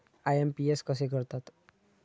IMPS कसे करतात?